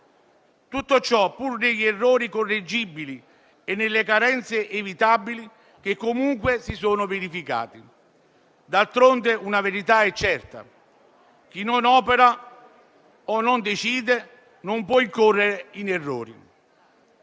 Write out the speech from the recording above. Tutto ciò, pur negli errori correggibili e nelle carenze evitabili che comunque si sono verificati. D'altronde, una verità è certa: chi non opera o non decide non può incorrere in errori.